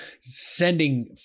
sending